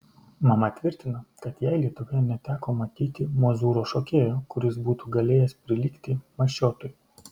mama tvirtino kad jai lietuvoje neteko matyti mozūro šokėjo kuris būtų galėjęs prilygti mašiotui